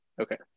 Okay